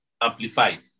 Amplified